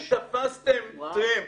אם תפסתם טרמפ